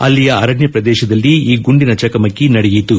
ಅಲ್ಲಿಯ ಅರಣ್ಯ ಪ್ರದೇಶದಲ್ಲಿ ಈ ಗುಂಡಿನ ಚಕಮಕಿ ನಡೆಯಿತು